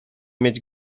mieć